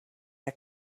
der